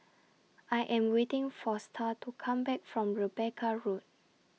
I Am waiting For Starr to Come Back from Rebecca Road